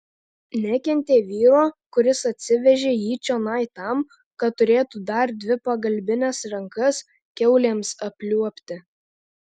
nekentė vyro kuris atsivežė jį čionai tam kad turėtų dar dvi pagalbines rankas kiaulėms apliuobti